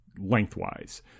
lengthwise